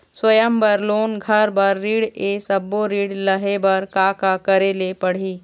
स्वयं बर लोन, घर बर ऋण, ये सब्बो ऋण लहे बर का का करे ले पड़ही?